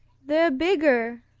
they're bigger,